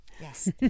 Yes